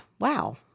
wow